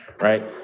right